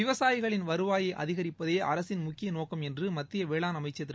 விவசாயிகளின் வருவாயை அதிகரிப்பதே அரசின் முக்கிய நோக்கம் என்று மத்திய வேளாண் துறை அமைச்சர் திரு